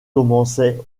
commençaient